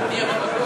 מי הבא בתור?